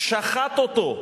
שחט אותו,